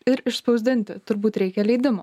ir išspausdinti turbūt reikia leidimo